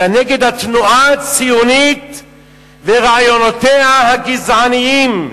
אלא נגד התנועה הציונית ורעיונותיה הגזעניים.